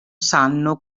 sanno